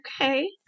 Okay